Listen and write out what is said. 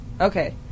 Okay